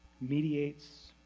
mediates